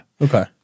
Okay